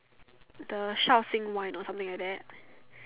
the Shaoxing wine or something like that